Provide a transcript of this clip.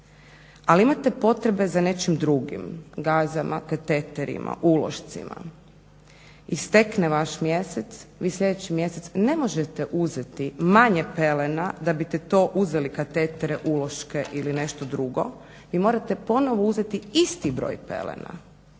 ali imate potrebe za nečim drugim gazama, kateterima, ulošcima. Istekne vaš mjesec, vi sljedeći mjesec ne možete uzeti manje pelena da biste uzeli katetere, uloške ili nešto drugo vi morate ponovno uzeti isti broj pelena.